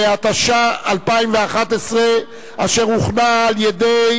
התשע"א 2011, אשר הוכנה על-ידי